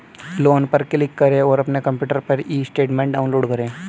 loan पर click करें और अपने कंप्यूटर पर ई स्टेटमेंट डाउनलोड करें